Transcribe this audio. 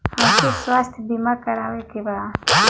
हमके स्वास्थ्य बीमा करावे के बा?